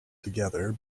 together